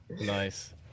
nice